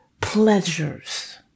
pleasures